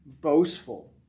boastful